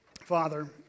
Father